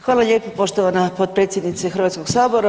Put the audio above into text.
Hvala lijepo, poštovana potpredsjednice Hrvatskoga sabora.